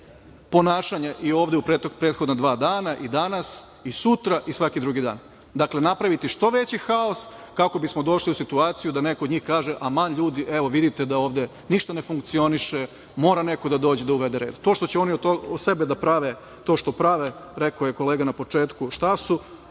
ponašanja, i ovde u prethodna dva dana i danas i sutra i svaki drugi dan. Dakle, napraviti što veći haos, kako bismo došli u situaciju da neko od njih kaže – aman, ljudi, evo vidite da ovde ništa ne funkcioniše, mora neko da dođe da uvede red. To što će oni od sebe da prave to što prave, rekao je kolega na početku šta su,